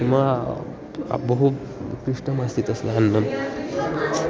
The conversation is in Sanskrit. मम बहु क्लिष्टमस्ति तस्य अन्नम्